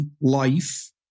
life